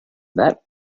that